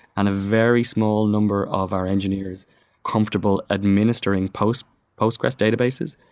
and a very small number of our engineers comfortable administering postgresql postgresql databases.